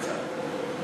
השירות בצה"ל.